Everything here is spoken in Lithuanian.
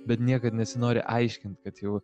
bet niekad nesinori aiškint kad jau